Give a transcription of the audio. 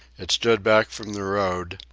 it stood back from the road,